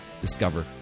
discover